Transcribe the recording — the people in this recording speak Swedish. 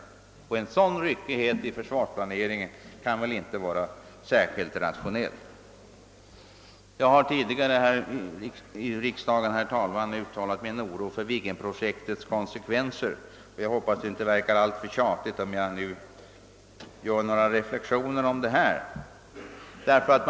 En sådan ryckighet i försvarsplaneringen kan väl inte vara särskilt rationell. Jag har tidigare här i riksdagen uttalat min oro för Viggenprojektets konsekvenser, och jag hoppas att det inte verkar alltför tjatigt om jag nu gör ytterligare några reflexioner om den saken.